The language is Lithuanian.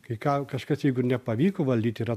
kai ką kažkas jeigu ir nepavyko valdyt yra